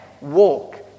walk